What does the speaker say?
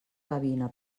gavina